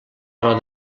però